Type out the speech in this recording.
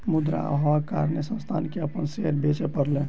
मुद्रा अभावक कारणेँ संस्थान के अपन शेयर बेच पड़लै